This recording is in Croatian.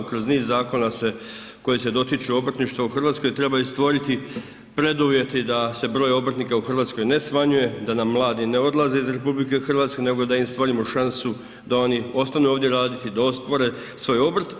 Kroz niz zakona se koji se dotiču obrtništva u Hrvatskoj trebaju stvoriti preduvjeti da se broj obrtnika u Hrvatskoj ne smanjuje, da nam mladi ne odlaze iz RH nego da im stvorimo šansu da oni ostanu ovdje raditi i da otvore svoj obrt.